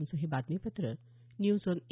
आमचं हे बातमीपत्र न्यूज ऑन ए